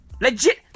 Legit